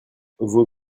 vos